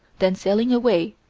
then sailing away,